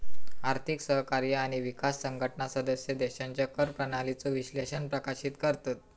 आर्थिक सहकार्य आणि विकास संघटना सदस्य देशांच्या कर प्रणालीचो विश्लेषण प्रकाशित करतत